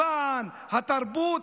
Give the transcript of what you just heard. למען התרבות,